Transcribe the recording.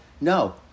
no